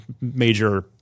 major